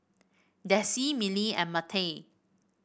Dessie Mylee and Mattye